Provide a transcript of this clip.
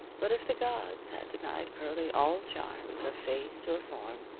but if the gods had denied pearlie all charms of face or form,